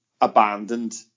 abandoned